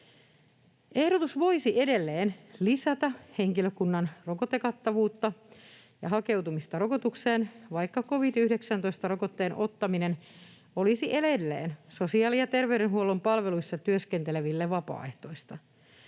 Ehdotus voisi edelleen lisätä henkilökunnan rokotekattavuutta ja hakeutumista rokotukseen, vaikka covid-19-rokotteen ottaminen olisi edelleen sosiaali‑ ja terveydenhuollon palveluissa työskenteleville vapaaehtoista.